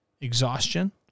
exhaustion